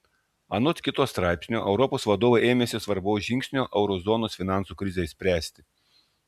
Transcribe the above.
anot kito straipsnio europos vadovai ėmėsi svarbaus žingsnio euro zonos finansų krizei spręsti